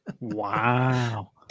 Wow